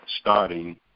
starting